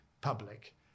public